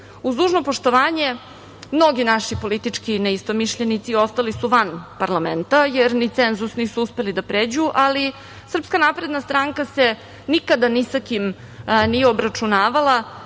dužno poštovanje, mnogi naši politički neistomišljenici ostali su van parlamenta, jer ni cenzus nisu uspeli da pređu, ali SNS se nikada ni sa kim nije obračunavala,